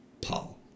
paul